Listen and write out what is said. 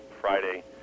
friday